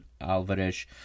Alvarez